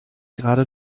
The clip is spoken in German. gerade